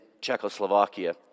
Czechoslovakia